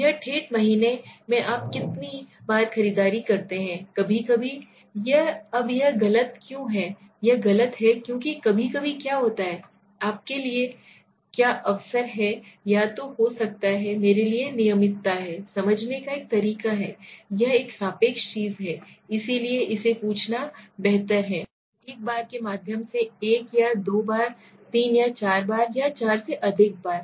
एक ठेठ महीने में आप कितने कितनी बार खरीदारी करते हैं कभी कभी कभी कभी अब यह गलत क्यों है यह गलत है क्योंकि कभी कभी क्या होता है आपके लिए क्या अवसर है या हो सकता है मेरे लिए नियमितता समझने का एक तरीका है यह एक सापेक्ष चीज है इसलिए इसे पूछना बेहतर है एक बार के माध्यम से 1 या 2 बार 3 या 4 बार 4 से अधिक बार